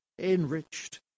enriched